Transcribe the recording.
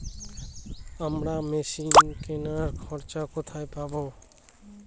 আমরা মেশিন কেনার খরচা কোথায় পাবো?